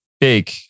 big